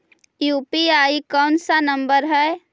UPI कोन सा number हैं?